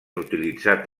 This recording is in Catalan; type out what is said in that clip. utilitzat